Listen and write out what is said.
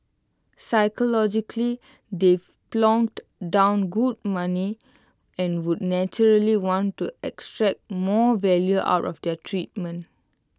psychologically they've plonked down good money and would naturally want to extract more value out of their treatment